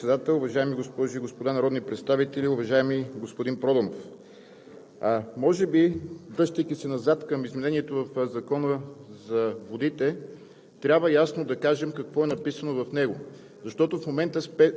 Благодаря Ви, господин Председател. Уважаеми господни Председател, уважаеми госпожи и господа народни представители! Уважаеми господин Проданов, може би, връщайки се назад към изменението в Закона за водите,